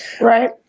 Right